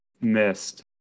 missed